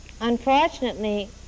unfortunately